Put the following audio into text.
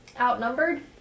outnumbered